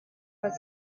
was